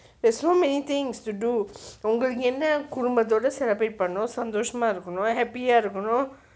there's so many things to do உங்களுக்கு என்ன குடும்பத்தோட:ungalukku enna kudumbathoda celebrate பண்ணனும் சந்தோஷமா இருக்கனும்:pannanum santhoshama irukkanum happy ah இருக்கனும்:irukkanum